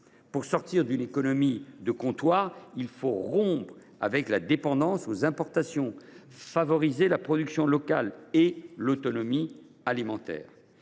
Pour sortir d’une économie de comptoir, il faut rompre avec la dépendance aux importations, favoriser la production locale et l’autonomie alimentaire.